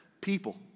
people